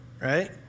right